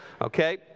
Okay